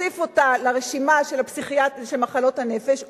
להוסיף אותה לרשימה של מחלות הנפש,